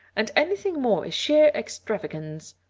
and anything more is sheer extravagance.